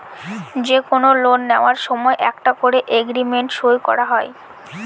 যে কোনো লোন নেওয়ার সময় একটা করে এগ্রিমেন্ট সই করা হয়